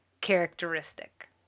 characteristic